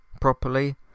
properly